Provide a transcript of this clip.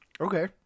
okay